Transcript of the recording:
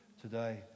today